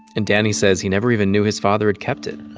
and danny says he never even knew his father had kept it